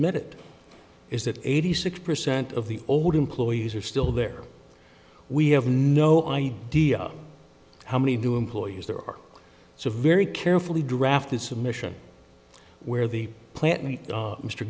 admitted is that eighty six percent of the old employees are still there we have no idea how many do employees there are so very carefully drafted submission where the plant